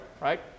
right